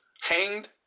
hanged